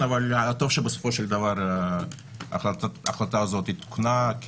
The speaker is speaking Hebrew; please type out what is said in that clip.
אבל טוב שבסופו של דבר ההחלטה הזאת תוקנה,